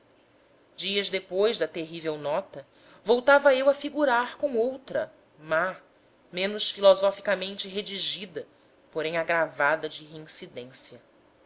dias depois da terrível nota voltava eu a figurar com outra má menos filosoficamente redigida porém agravada de reincidência